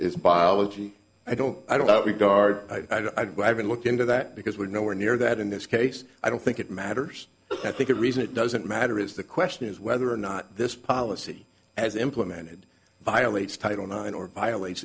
is biology i don't i don't regard i do i haven't looked into that because we're nowhere near that in this case i don't think it matters i think a reason it doesn't matter is the question is whether or not this policy as implemented violates title nine or violates